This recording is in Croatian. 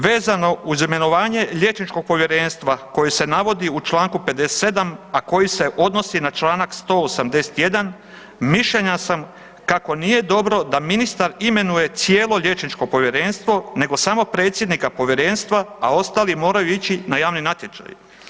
Vezano uz imenovanje liječničkog povjerenstva koje se navodi u čl. 57., a koji se odnosi na čl. 181., mišljenja sam kako nije dobro da ministar imenuje cijelo liječničko povjerenstvo nego samo predsjednika povjerenstva, a ostali moraju ići na javni natječaj.